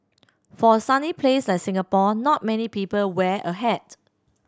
for a sunny place like Singapore not many people wear a hat